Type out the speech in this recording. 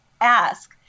ask